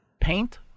paint